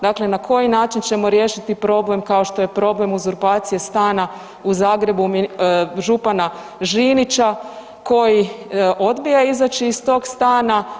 Dakle na koji način ćemo riješiti problem, kao što je problem uzurpacije stana u Zagrebu župana Žinića koji odbija izaći iz tog stana.